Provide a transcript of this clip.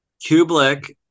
Kublik